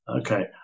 Okay